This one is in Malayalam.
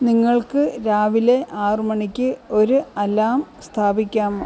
നിങ്ങൾക്ക് രാവിലെ ആറ് മണിക്ക് ഒരു അലാറം സ്ഥാപിക്കാമോ